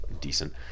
decent